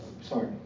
Sorry